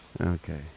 Okay